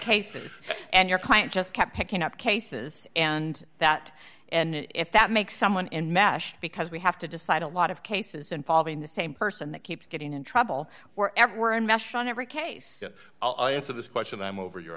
cases and your client just kept picking up cases and that and if that makes someone in mash because we have to decide a lot of cases involving the same person that keeps getting in trouble wherever we're in mesh on every case i'